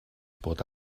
bod